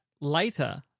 later